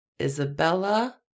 Isabella